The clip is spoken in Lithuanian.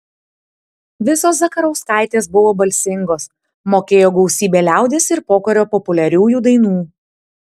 visos zakarauskaitės buvo balsingos mokėjo gausybę liaudies ir pokario populiariųjų dainų